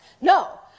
No